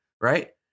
Right